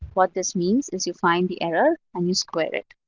what this means is you find the error and you squared it.